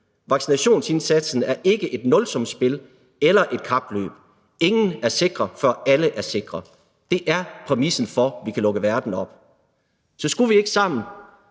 Vaccinationsindsatsen er ikke et nulsumsspil eller et kapløb. Ingen er sikre før, før alle er sikre. Det er præmissen for, at vi kan lukke verden op. Så skulle vi ikke sammen